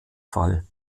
fall